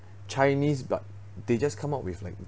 chinese but they just come up with like